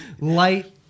light